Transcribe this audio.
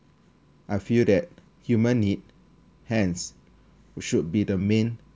I feel that human need hence should be the main